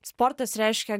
sportas reiškia